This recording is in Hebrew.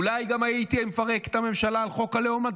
אולי הייתי מפרק את הממשלה גם על חוק הלאום,